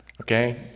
Okay